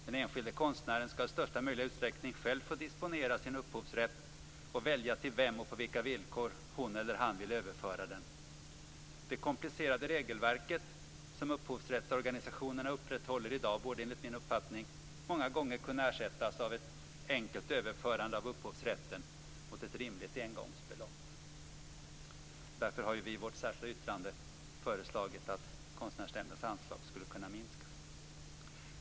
Den enskilde konstnären skall i största möjliga utsträckning själv få disponera sin upphovsrätt och välja till vem och på vilka villkor hon eller han vill överföra den. Det komplicerade regelverket som upphovsrättsorganisationerna upprätthåller i dag, borde enligt min uppfattning många gånger kunna ersättas av ett enkelt överförande av upphovsrätten mot ett rimligt engångsbelopp. Därför har vi i vårt särskilda yttrande föreslagit att Konsnärsnämndens anslag skall minskas.